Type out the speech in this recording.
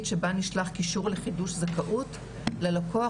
שבה נשלח קישור לחידוש זכאות ללקוח,